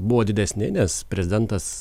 buvo didesni nes prezidentas